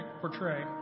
portray